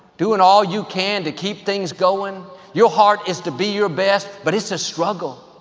doing all you can to keep things going. your heart is to be your best, but it's a struggle.